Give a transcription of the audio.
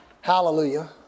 Hallelujah